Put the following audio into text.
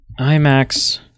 IMAX